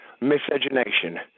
Miscegenation